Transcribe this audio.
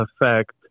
effect